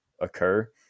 occur